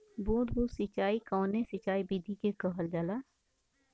बूंद बूंद सिंचाई कवने सिंचाई विधि के कहल जाला?